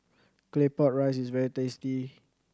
Claypot Rice is very tasty